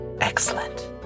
Excellent